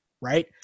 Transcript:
right